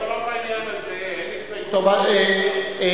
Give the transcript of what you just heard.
לא בעניין הזה, אין הסתייגות.